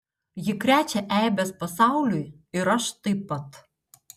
ji krečia eibes pasauliui ir aš taip pat